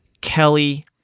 Kelly